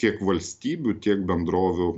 tiek valstybių tiek bendrovių